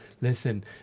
Listen